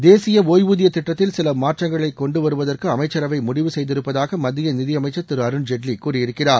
தேசிய ஒய்வூதிய திட்டத்தில் சில மாற்றங்களை கொண்டு வருவதற்கு அமைச்சரவை முடிவு செய்திருப்பதாக மத்திய நிதியமைச்சர் திரு அருண்ஜேட்லி கூறியிருக்கிறார்